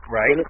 Right